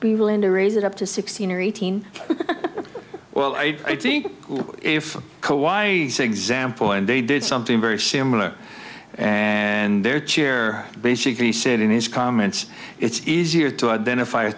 be willing to raise it up to sixteen or eighteen well i think if co i say example and they did something very similar and their chair basically said in his comments it's easier to identify a